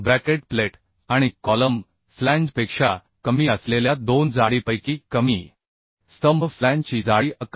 bracket plate आणि column फ्लॅंजपेक्षा कमी असलेल्या दोन जाडीपैकी कमी स्तंभ फ्लॅंजची जाडी 11